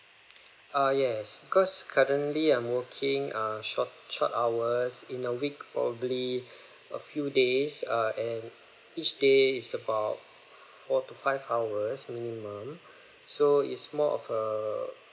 uh yes because currently I'm working uh short short hours in a week probably a few days uh and each day is about four to five hours minimum so is more of a